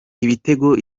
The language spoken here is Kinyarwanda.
ibitego